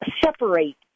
separate